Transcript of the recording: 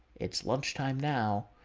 it's lunch time now